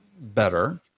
better